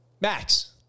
Max